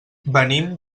venim